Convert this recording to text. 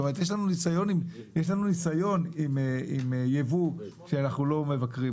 כך שיש לנו ניסיון לא טוב עם יבוא לא מבוקר.